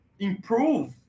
improve